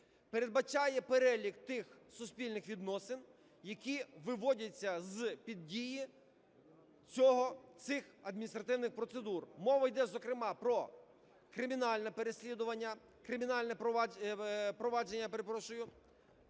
передбачає перелік тих суспільних відносин, які виводяться з-під дії цих адміністративних процедур. Мова йде, зокрема, про кримінальне переслідування…